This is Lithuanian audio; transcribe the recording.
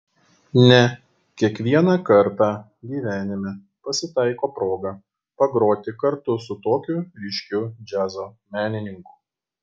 ne kiekvieną kartą gyvenime pasitaiko proga pagroti kartu su tokiu ryškiu džiazo menininku